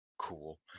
cool